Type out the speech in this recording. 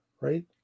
right